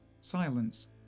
Silence